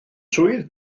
swydd